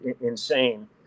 insane